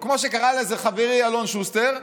או כמו שקרא לזה חברי אלון שוסטר,